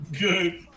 Good